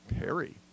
Perry